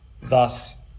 Thus